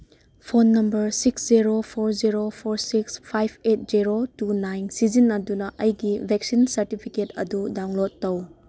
phone number six zero four zero four six five eight zero two nine ꯁꯤꯖꯤꯟꯅꯗꯨꯅ ꯑꯩꯒꯤ vaccine certificate ꯑꯗꯨ ꯗꯥꯎꯟꯂꯣꯠ ꯇꯧ